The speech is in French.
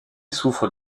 souffre